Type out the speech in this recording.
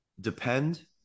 depend